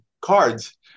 cards